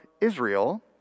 Israel